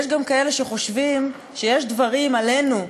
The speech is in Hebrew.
יש גם כאלה שחושבים שיש דברים עלינו,